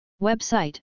Website